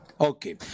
Okay